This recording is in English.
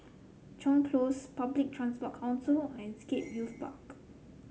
Chuan Close Public Transport Council and Scape Youth Park